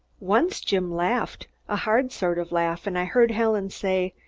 once jim laughed, a hard sort of laugh, and i heard helen say,